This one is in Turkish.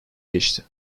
geçti